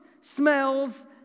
smells